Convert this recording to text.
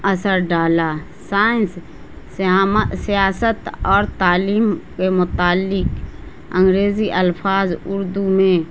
اثر ڈالا سائنس سیاست اور تعلیم کے متعلق انگریزی الفاظ اردو میں